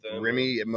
remy